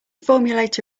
formulate